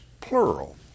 plural